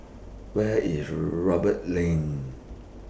Where IS Roberts Lane